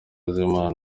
z’imana